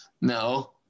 No